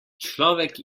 človek